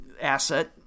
asset